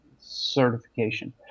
certification